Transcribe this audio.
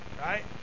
Right